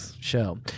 show